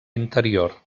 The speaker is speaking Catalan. interior